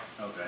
Okay